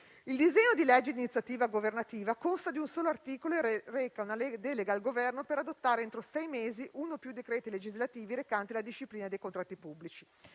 Il disegno di legge, di iniziativa governativa, consta di un solo articolo e reca una delega al Governo per adottare entro sei mesi uno o più decreti legislativi recanti la disciplina dei contratti pubblici.